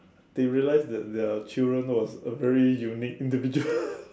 they realized that their children was a very unique individual